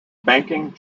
banking